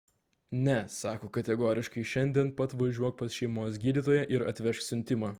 ne sako kategoriškai šiandien pat važiuok pas šeimos gydytoją ir atvežk siuntimą